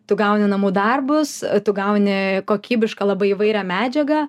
tu gauni namų darbus tu gauni kokybišką labai įvairią medžiagą